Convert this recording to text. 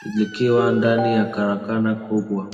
likiwa ndani ya karakana kubwa.